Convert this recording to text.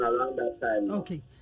okay